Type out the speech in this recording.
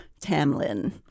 Tamlin